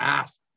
ask